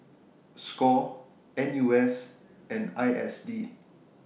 SCORE NUS and ISD